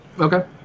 Okay